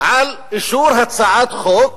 על אישור הצעת חוק